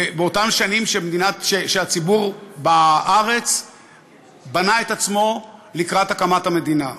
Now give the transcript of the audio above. באותן שנים שהציבור בארץ בנה את עצמו לקראת הקמת המדינה.